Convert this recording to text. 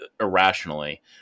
irrationally